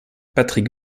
patrick